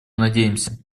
надеемся